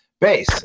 base